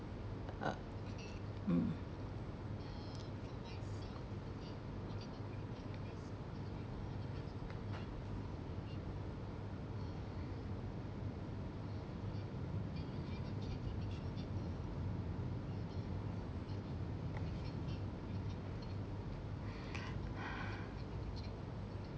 uh mm